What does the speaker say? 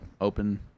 open